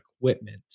equipment